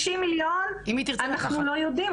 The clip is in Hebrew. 50 מיליון - אנחנו לא יודעים,